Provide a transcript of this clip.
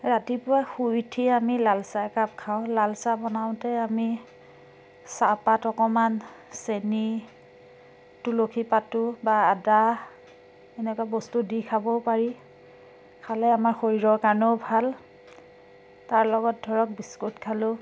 ৰাতিপুৱা শুই উঠিয়ে আমি লালচাহ একাপ খাওঁ লালচাহ বনাওঁতে আমি চাহপাত অকণমান চেনি তুলসী পাতো বা আদা এনেকুৱা বস্তু দি খাবও পাৰি খালে আমাৰ শৰীৰৰ কাৰণেও ভাল তাৰ লগত ধৰক বিস্কুট খালোঁ